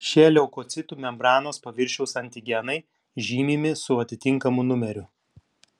šie leukocitų membranos paviršiaus antigenai žymimi su atitinkamu numeriu